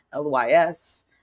LYS